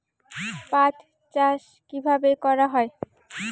পাট চাষ কীভাবে করা হয়?